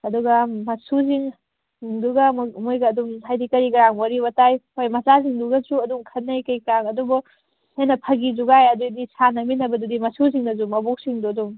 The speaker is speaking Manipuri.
ꯑꯗꯨꯒ ꯃꯁꯨꯁꯤꯡ ꯁꯤꯡꯗꯨꯒ ꯃꯣꯏꯒ ꯑꯗꯨꯝ ꯍꯥꯏꯗꯤ ꯀꯔꯤ ꯀꯔꯥ ꯋꯥꯔꯤ ꯋꯥꯇꯥꯏ ꯍꯣꯏ ꯃꯆꯥꯁꯤꯡꯗꯨꯒꯁꯨ ꯑꯗꯨꯝ ꯈꯟꯅꯩ ꯀꯔꯤ ꯀꯔꯥ ꯑꯗꯨꯕꯨ ꯍꯦꯟꯅ ꯐꯒꯤ ꯖꯨꯒꯥꯏ ꯑꯗꯩꯗꯤ ꯁꯥꯟꯅꯃꯤꯟꯅꯕꯗꯨꯗꯤ ꯃꯁꯨꯁꯤꯡꯅꯁꯨ ꯃꯕꯣꯛꯁꯤꯡꯗꯨ ꯑꯗꯨꯝ